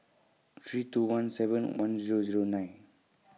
three two one seven one Zero Zero nine